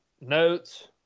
notes